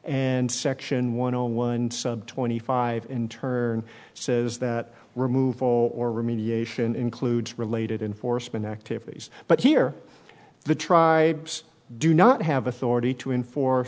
and section one hundred one sub twenty five in turn says that removal or remediation includes related enforcement activities but here the tribes do not have a